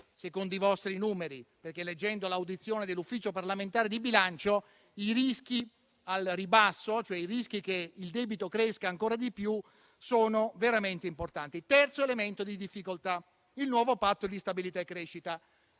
secondo i vostri numeri, perché, leggendo l'audizione dell'Ufficio parlamentare di bilancio, i rischi al ribasso, cioè i rischi che il debito cresca ancora di più, sono veramente importanti. Il terzo elemento di difficoltà è il nuovo Patto di stabilità e crescita.